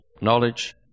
knowledge